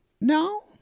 no